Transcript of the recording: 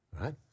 right